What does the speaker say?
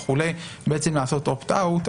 בעצם לעשות opt out,